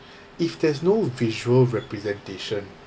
if there's no visual representation